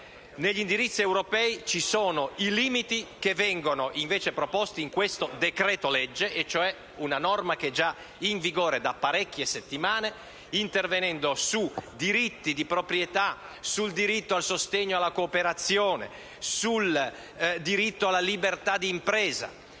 negli indirizzi europei, ci sono i limiti che vengono proposti in questo decreto-legge, che è già in vigore da parecchie settimane e interviene su diritti di proprietà, sul diritto al sostegno alla cooperazione e sul diritto alla libertà d'impresa.